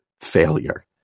failure